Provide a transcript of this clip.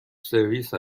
سرویس